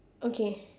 okay